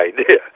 idea